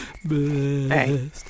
hey